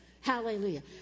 Hallelujah